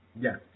Yes